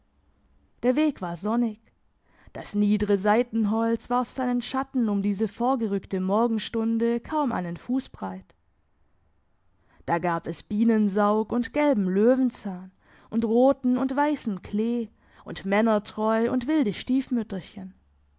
der weg war sonnig das niedre seitenholz warf seinen schatten um diese vorgerückte morgenstunde kaum einen fuss breit da gab es bienensaug und gelben löwenzahn und roten und weissen klee und männertreu und wilde stiefmütterchen